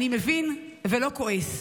אני מבין ולא כועס,